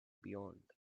beyond